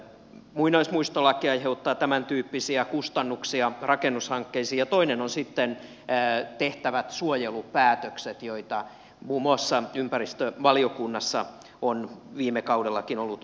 muinaismuistolaki aiheuttaa tämäntyyppisiä kustannuksia rakennushankkeisiin ja toinen on sitten tehtävät suojelupäätökset joita muun muassa ympäristövaliokunnassa on viime kaudellakin ollut käsittelyssä